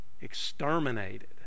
exterminated